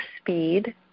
speed